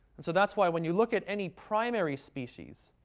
and so that's why, when you look at any primary species,